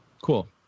cool